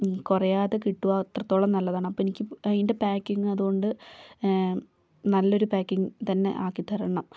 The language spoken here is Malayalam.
കുറയാതെ കിട്ടുമോ അത്രത്തോളം നല്ലതാണ് അപ്പോൾ എനിക്ക് അതിന്റെ പാക്കിങ്ങ് അതുകൊണ്ട് നല്ലൊരു പാക്കിങ്ങ് തന്നെ ആക്കി തരണം